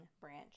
branch